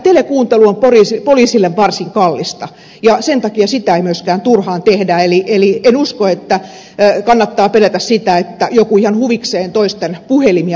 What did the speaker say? telekuuntelu on poliisille varsin kallista ja sen takia sitä ei myöskään turhaan tehdä eli en usko että kannattaa pelätä sitä että joku ihan huvikseen toisten puhelimia kuuntelee